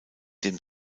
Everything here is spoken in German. dem